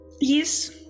Yes